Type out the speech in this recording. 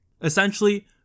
Essentially